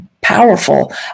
powerful